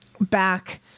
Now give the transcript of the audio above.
back